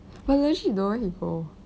but legit tho where he go